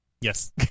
yes